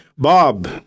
Bob